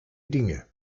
dinge